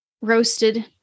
roasted